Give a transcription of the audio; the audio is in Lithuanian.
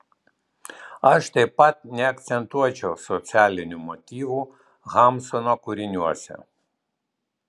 aš taip pat neakcentuočiau socialinių motyvų hamsuno kūriniuose